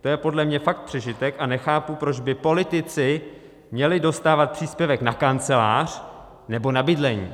To je podle mě fakt přežitek a nechápu, proč by politici měli dostávat příspěvek na kancelář nebo na bydlení.